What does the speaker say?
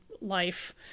life